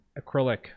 acrylic